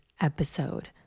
episode